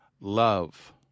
love